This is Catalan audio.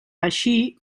així